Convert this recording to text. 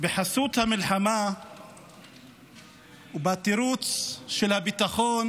בחסות המלחמה ובתירוץ של הביטחון